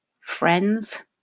friends